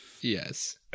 Yes